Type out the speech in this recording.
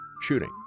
shooting